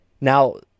now